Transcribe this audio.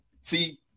See